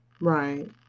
Right